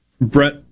Brett